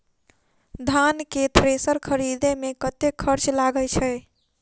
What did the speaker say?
धान केँ थ्रेसर खरीदे मे कतेक खर्च लगय छैय?